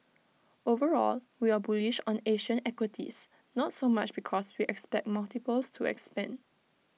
overall we are bullish on Asian equities not so much because we expect multiples to expand